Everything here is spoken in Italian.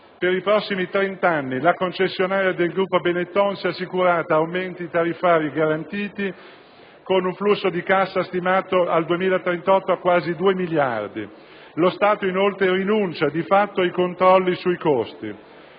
per i prossimi 30 anni la concessionaria del gruppo Benetton si è assicurata aumenti tariffari garantiti, con un flusso di cassa stimato al 2038 a quasi due miliardi. Lo Stato, inoltre, rinuncia di fatto ai controlli sui costi.